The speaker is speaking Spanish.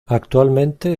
actualmente